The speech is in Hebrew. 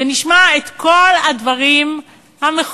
ונשמע את כל הדברים המכוערים,